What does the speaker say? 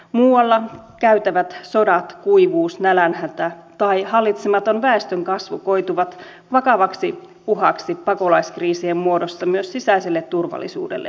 muualla käytävät sodat kuivuus nälänhätä ja hallitsematon väestönkasvu koituvat vakavaksi uhaksi pakolaiskriisien muodossa myös sisäiselle turvallisuudellemme